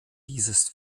dieses